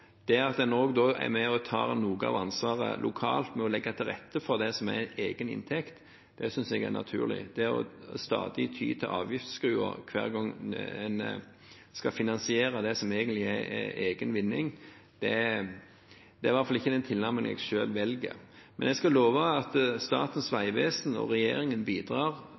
Det at en da er med og tar noe av ansvaret lokalt ved å legge til rette for det som er til egen inntekt, synes jeg er naturlig. Det stadig å ty til avgiftsskruen hver gang en skal finansiere det som egentlig er til egen vinning, er i hvert fall ikke den tilnærmingen jeg selv velger. Men jeg skal love at Statens vegvesen og regjeringen bidrar